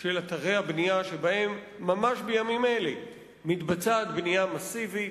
של אתרי הבנייה שבהם ממש בימים אלה מתבצעת בנייה מסיבית.